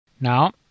Now